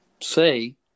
say